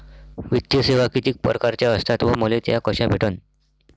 वित्तीय सेवा कितीक परकारच्या असतात व मले त्या कशा भेटन?